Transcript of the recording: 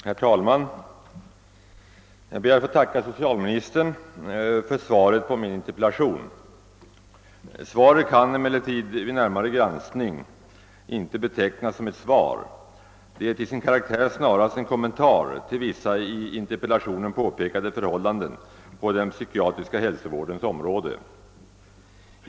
Herr talman! Jag ber att få tacka socialministern för svaret på min interpellation. Det kan emellertid vid närmare granskning inte betecknas som ett svar utan är till sin karaktär snarast en kommentar till vissa i interpellationen påpekade förhållanden på den psykiatriska hälsovårdens område.